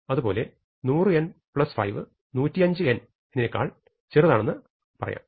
അതുപോലെ 100n5 105n നേക്കാൾ ചെറുതാണെന്നും പറയാം